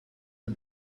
had